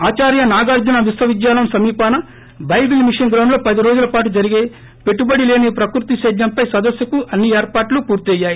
ఆచార్య నాగార్హున విశ్వవిద్యాలయం సమీపాన Bible mission గ్రౌండ్లో పది రోజుల పాటు ్జరిగే పెట్టుబడిలేని ప్రకృతి సేద్యం పై సదస్సు కు అన్ని ఏర్పాట్లు పూర్తి అయ్యాయి